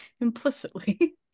implicitly